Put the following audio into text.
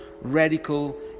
radical